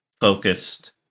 focused